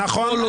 נכון,